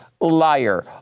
liar